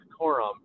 Corum